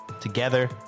together